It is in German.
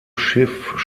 schiff